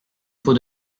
pot